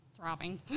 Throbbing